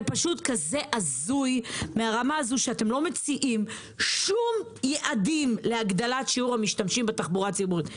הזוי שאתם לא מציעים שום יעדים להגדלת שיעור המשתמשים בתחבורה הציבורית.